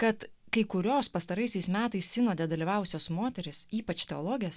kad kai kurios pastaraisiais metais sinode dalyvavusios moterys ypač teologės